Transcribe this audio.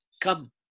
come